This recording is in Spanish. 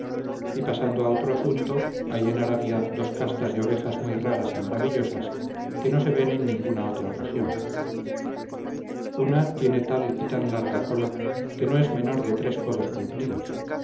y pasando a otro asunto hay en arabia dos castas de ovejas muy raras y maravillosas que no se ven en ninguna otra región una tiene tal y tan larga cola que no es menor de tres codos cumplidos